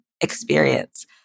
experience